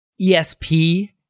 ESP